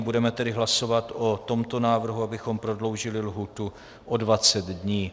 Budeme tedy hlasovat o tomto návrhu, abychom prodloužili lhůtu o dvacet dní.